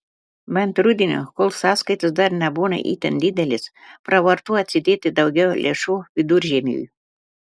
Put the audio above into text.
bent rudenį kol sąskaitos dar nebūna itin didelės pravartu atsidėti daugiau lėšų viduržiemiui